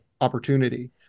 opportunity